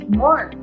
more